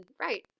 right